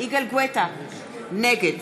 נגד